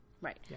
Right